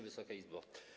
Wysoka Izbo!